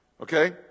Okay